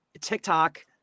TikTok